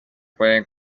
pueden